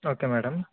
okay madam